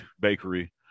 Bakery